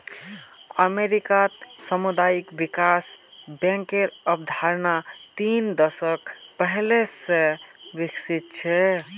अमेरिकात सामुदायिक विकास बैंकेर अवधारणा तीन दशक पहले स विकसित छ